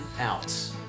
out